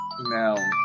now